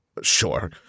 Sure